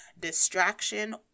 distraction